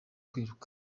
kwiruka